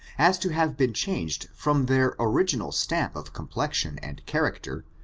as to have been changed from their original stamp of complexion and character,